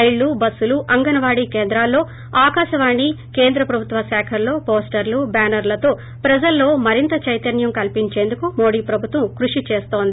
రైళ్లు బస్సులు అంగన్వాడీ కోంద్రాల్లో ొఆకాశవాణి కేంద్ర ప్రభుత్వ శాఖలలో పోస్టర్లు బ్వానర్హలతో ప్రజల్లో మరింత చెతన్వం కల్సించేందుకు మోడీ ప్రభుత్వం కృషి చేస్తోంది